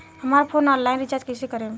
हमार phone online recharge कईसे करेम?